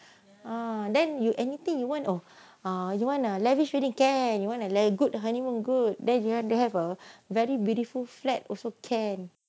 ah then you anything you want or you want a lavish wedding can and you want a good honeymoon good then you want to have a very beautiful flats also can